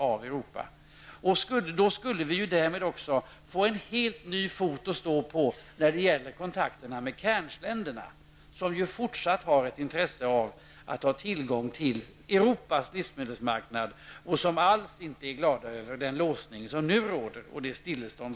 Därmed skulle vi så att säga få en helt ny fot att stå på när det gäller kontakterna med Cairns-länderna, som även fortsättningsvis är intresserade av att ha tillgång till Europas livsmedelsmarknad och där man alls inte är glad över nu rådande låsning och stillestånd.